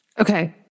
Okay